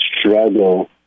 struggle